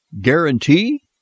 guarantee